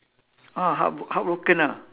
ah heartb~ heartbroken ah